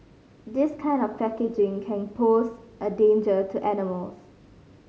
this kind of packaging can pose a danger to animals